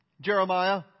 Jeremiah